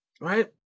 Right